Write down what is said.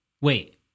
Wait